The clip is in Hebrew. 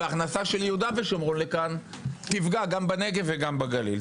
והכנסה של יהודה ושומרון לכאן תפגע גם בנגב וגם בגליל.